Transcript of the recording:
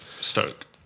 Stoke